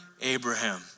Abraham